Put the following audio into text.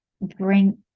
bring